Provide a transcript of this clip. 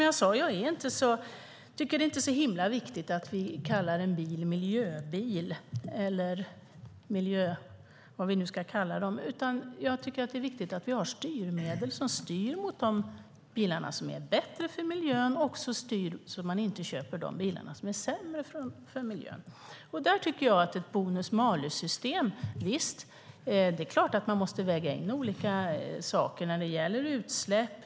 Jag tycker inte att det är så himla viktigt att vi kallar en bil miljöbil. I stället är det viktigt att det finns styrmedel som styr i riktning mot de bilar som är bättre för miljön och så att vi inte köper de bilar som är sämre för miljön. Visst ska vi väga in olika saker i fråga om utsläpp och bonus-malus-system.